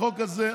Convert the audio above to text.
החוק הזה,